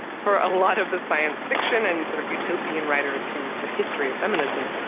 for a lot of the science fiction and sort of utopian writers from the history of feminism,